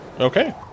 Okay